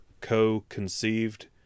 co-conceived